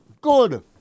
Good